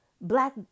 Black